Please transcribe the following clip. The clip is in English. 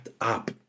up